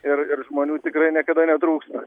ir ir žmonių tikrai niekada netrūksta